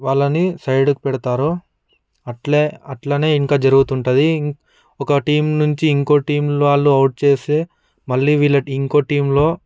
వాళ్లని సైడ్కి పెడతారు అట్లే అట్లనే ఇంక జరుగుతుంటుంది ఒక టీం నుంచి ఇంకో టీంలో వాళ్లు అవుట్ చేస్తే మళ్ళీ వీళ్ళకి ఇంకో టీంలో